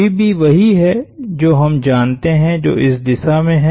वही है जो हम जानते हैं जो इस दिशा में है